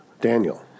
Daniel